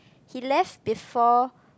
he left before